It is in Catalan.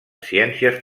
ciències